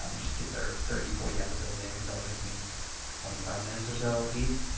um just get their thirty forty episodes in cause that'll take me twenty five minutes or so apiece.